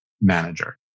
manager